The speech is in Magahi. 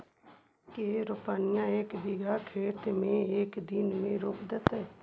के रोपनी एक बिघा खेत के एक दिन में रोप देतै?